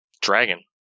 Dragon